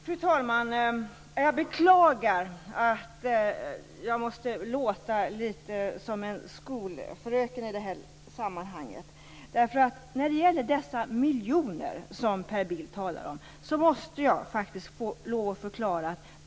Fru talman! Jag beklagar att jag måste låta litet som en skolfröken. Per Bill talar om miljoner.